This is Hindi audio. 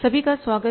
सभी का स्वागत